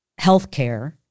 healthcare